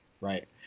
right